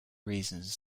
reasons